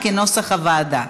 כנוסח הוועדה.